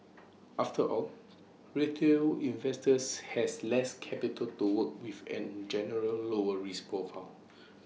after all retail investors has less capital do work with and in general lower risk profile